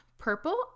purple